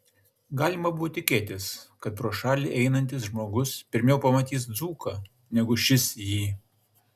galima buvo tikėtis kad pro šalį einantis žmogus pirmiau pamatys dzūką negu šis jį